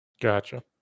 Gotcha